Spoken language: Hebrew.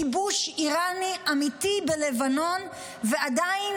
כיבוש איראני אמיתי בלבנון ועדיין,